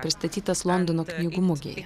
pristatytas londono knygų mugėje